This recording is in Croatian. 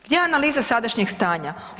Gdje je analiza sadašnjeg stanja?